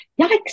Yikes